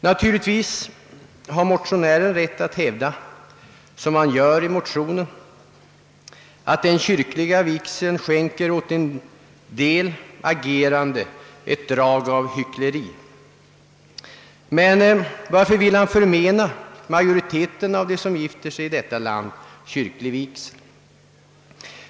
Naturligtvis har motionären rätt att — som han gör — hävda att den kyrkliga vigseln skänker åt en del agerande ett drag av hyckleri. Men varför vill han förmena majoriteten av dem som gifter sig i detta land kyrklig vigsel?